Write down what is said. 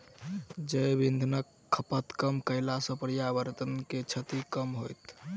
जैव इंधनक खपत कम कयला सॅ पर्यावरण के क्षति कम होयत